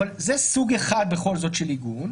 אבל זה סוג אחד בכל זאת של עיגון.